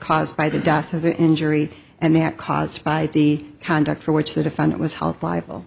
caused by the death of the injury and that caused by the conduct for which the defendant was held liable